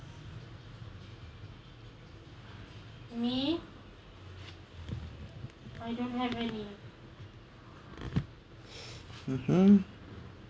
mmhmm